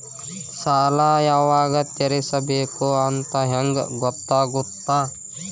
ಸಾಲ ಯಾವಾಗ ತೇರಿಸಬೇಕು ಅಂತ ಹೆಂಗ್ ಗೊತ್ತಾಗುತ್ತಾ?